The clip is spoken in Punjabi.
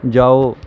ਜਾਓ